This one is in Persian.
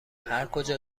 هرکجا